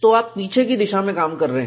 तो आप पीछे की दिशा में काम कर रहे हैं